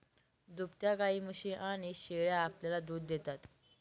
दुभत्या गायी, म्हशी आणि शेळ्या आपल्याला दूध देतात